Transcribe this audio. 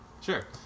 Sure